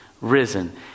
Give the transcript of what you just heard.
risen